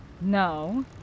No